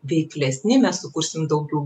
veiklesni mes sukursim daugiau